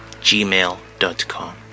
gmail.com